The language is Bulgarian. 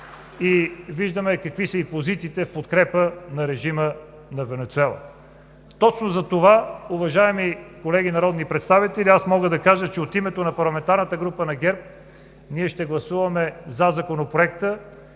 и виждаме какви са и позициите в подкрепа на режима на Венецуела. Точно затова, уважаеми колеги народни представители, мога да кажа, че от името на парламентарната група на ГЕРБ ще гласуваме „за“ Законопроекта